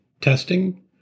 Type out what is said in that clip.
testing